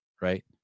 right